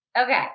Okay